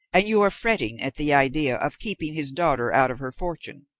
and you are fretting at the idea of keeping his daughter out of her fortune.